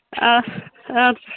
آ اَدٕ